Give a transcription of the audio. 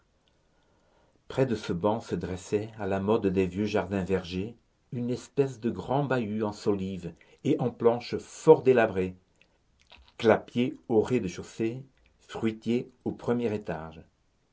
près de ce banc se dressait à la mode des vieux jardins vergers une espèce de grand bahut en solives et en planches fort délabré clapier au rez-de-chaussée fruitier au premier étage